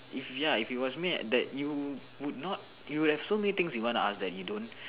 if ya if it was mad that you would not you have so many things you want to ask that you don't